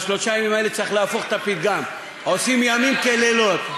בשלושת הימים האלה צריך להפוך את הפתגם: עושים ימים כלילות.